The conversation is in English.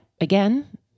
again